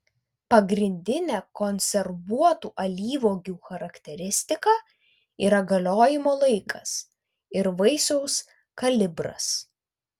pagrindinė konservuotų alyvuogių charakteristika yra galiojimo laikas ir vaisiaus kalibras